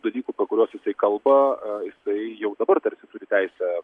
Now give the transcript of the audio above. dalykų apie kuriuos jisai kalba jisai jau dabar tarsi turi teisę